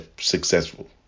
successful